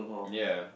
ya